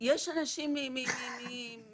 --- יש אנשים מ-1948,